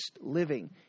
living